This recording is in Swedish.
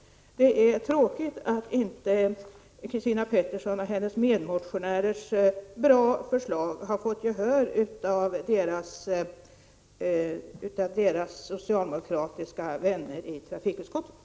Det är tråkigt att Christina Petterssons och hennes medmotionärers goda förslag inte har fått gehör hos deras socialdemokratiska vänner i trafikutskottet.